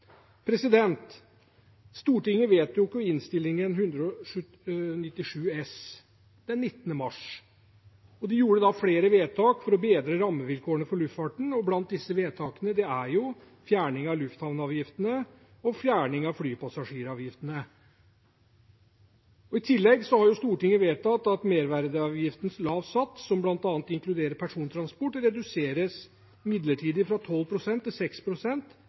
Stortinget behandlet Innst. 197 S for 2019–2020 den 19. mars og gjorde da flere vedtak for å bedre rammevilkårene for luftfarten. Blant disse vedtakene er fjerning av lufthavnavgiftene og fjerning av flypassasjeravgiften. I tillegg har Stortinget vedtatt at merverdiavgiftens lave sats, som bl.a. inkluderer persontransport, reduseres midlertidig fra 12 pst. til